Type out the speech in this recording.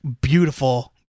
beautiful